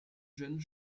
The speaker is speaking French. jeunes